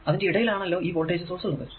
അതിന്റെ ഇടയിൽ ആണല്ലോ ഈ വോൾടേജ് സോഴ്സ് ഉള്ളത്